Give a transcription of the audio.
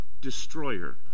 destroyer